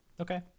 Okay